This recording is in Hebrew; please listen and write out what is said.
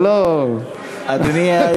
זה לא, .